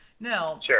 Now